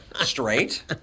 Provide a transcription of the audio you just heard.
Straight